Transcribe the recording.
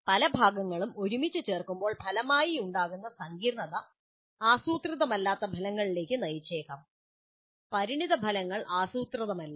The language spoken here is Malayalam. പല ഭാഗങ്ങളും ഒരുമിച്ച് ചേർക്കുമ്പോൾ ഫലമായുണ്ടാകുന്ന സങ്കീർണ്ണത ആസൂത്രിതമല്ലാത്ത ഫലങ്ങളിലേക്ക് നയിച്ചേക്കാം പരിണതഫലങ്ങൾ ആസൂത്രിതമല്ല